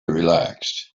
relaxed